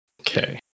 okay